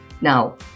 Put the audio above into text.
Now